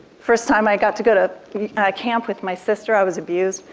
first time i got to go to a camp with my sister, i was abused.